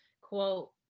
quote